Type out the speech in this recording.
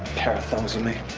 pair of thongs on me